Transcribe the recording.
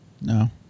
No